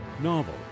novel